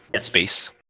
space